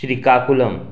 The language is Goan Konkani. श्रीकाकुलम